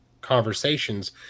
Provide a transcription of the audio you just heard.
conversations